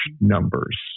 numbers